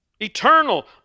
Eternal